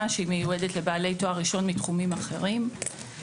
שמיועדת לבעלי תואר ראשון מתחומים אחרים.